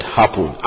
happen